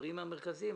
מהדברים המרכזיים.